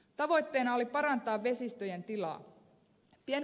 tavoitteena oli parantaa vesistöjen tilaa